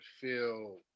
feel